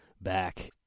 back